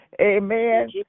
Amen